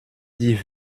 die